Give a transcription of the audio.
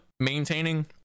Maintaining